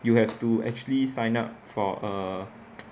you have to actually sign up for err